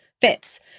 fits